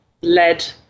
led